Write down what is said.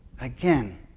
Again